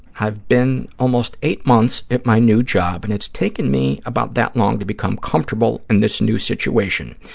i've been almost eight months at my new job and it's taken me about that long to become comfortable in this new situation.